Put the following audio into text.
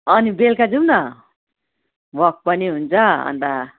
अनि बेलुका जाउँ न वाक पनि हुन्छ अन्त